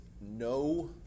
no